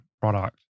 product